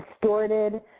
distorted